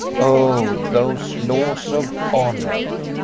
oh, those laws of honour!